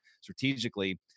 strategically